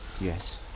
Yes